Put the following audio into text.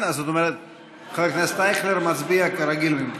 חבר הכנסת אייכלר מצביע כרגיל.